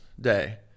Day